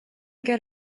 get